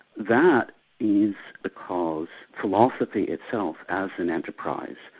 that is because philosophy itself as an enterprise,